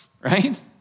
right